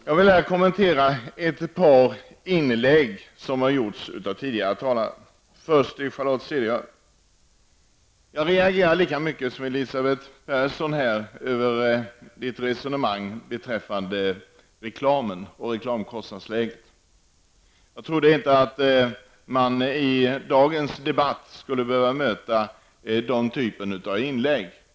Jag vill kommentera några av de inlägg som har gjorts av tidigare talare. Jag reagerar lika mycket som Elisabeth Persson över Charlotte Cederschiölds resonemang om reklamen och reklamkostnadsläget. Jag trodde inte att man i dagens debatt skulle behöva möta den typen av inlägg.